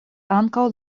ankaŭ